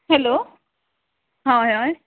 hello hi हय